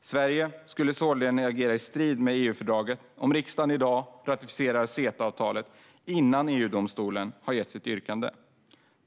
Sverige skulle således agera i strid med EU-fördraget om riksdagen i dag ratificerar CETA-avtalet innan EU-domstolen har gett sitt yttrande.